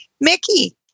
Mickey